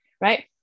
right